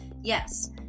Yes